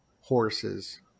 horses